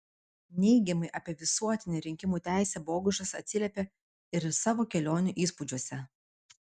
neigiamai apie visuotinę rinkimų teisę bogušas atsiliepė ir savo kelionių įspūdžiuose